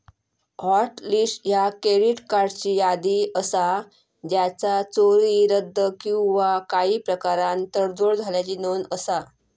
hot list ह्या credit कार्ड्सची यादी असा ज्याचा चोरी, रद्द किंवा काही प्रकारान तडजोड झाल्याची नोंद असा